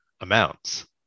amounts